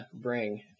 bring